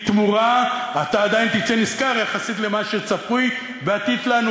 אתה עדיין תצא נשכר יחסית למה שצפוי ועתיד לנו,